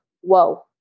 whoa